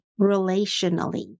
relationally